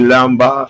Lamba